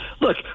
look